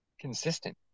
consistent